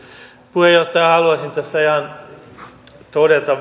puheenjohtaja haluaisin tässä ihan vain todeta